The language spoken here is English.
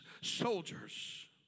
soldiers